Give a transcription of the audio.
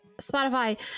spotify